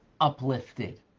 uplifted